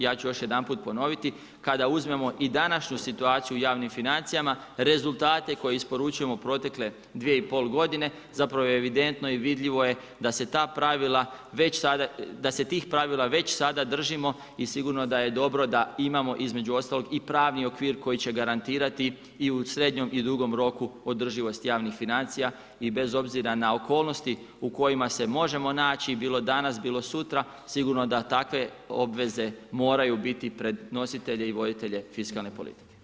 Ja ću još jedanput ponoviti, kada uzmemo i današnju situaciju u javnim financijama, rezultate koje isporučujemo protekle 2,5 godine, zapravo je evidentno i vidljivo je da e ta pravila već sada, da se tih pravila već sada držimo i sigurno da je dobro da imamo između ostalog i pravni okvir koji će garantirati i u srednjem i dugom roku održivost javnih financija i bez obzira na okolnosti u kojima se možemo naći, bilo danas, bilo sutra, sigurno da takve obveze moraju biti pred nositelje i voditelje fiskalne politike.